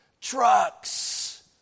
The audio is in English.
Trucks